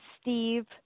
Steve